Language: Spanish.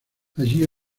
allí